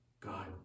God